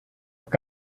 auch